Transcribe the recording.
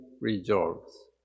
resolves